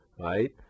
right